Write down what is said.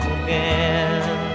again